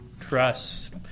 trust